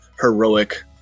heroic